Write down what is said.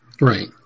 Right